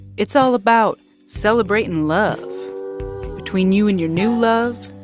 it's all about celebrating love between you and your new love,